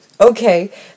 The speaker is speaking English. Okay